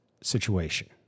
situation